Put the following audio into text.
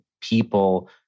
people